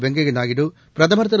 வெங்கய்யா நாயுடு பிரதமா் திரு